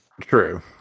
True